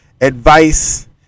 advice